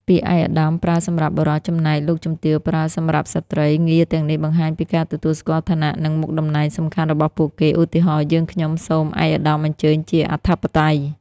ពាក្យ ឯកឧត្តម ប្រើសម្រាប់បុរស ចំណែក លោកជំទាវ ប្រើសម្រាប់ស្ត្រី ងារទាំងនេះបង្ហាញពីការទទួលស្គាល់ឋានៈ និងមុខតំណែងសំខាន់របស់ពួកគេ ឧទាហរណ៍ យើងខ្ញុំសូមឯកឧត្តមអញ្ជើញជាអធិបតី។